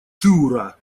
дура